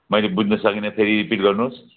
मैले बुझ्न सकिनँ फेरि रिपिट गर्नुहोस्